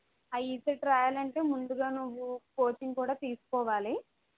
ఆ ఈసెట్ రాయాలి అంటే ముందుగా నువ్వు కోచింగ్ కూడా తీసుకోవాలి